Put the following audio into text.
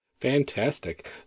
Fantastic